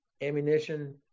ammunition